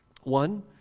One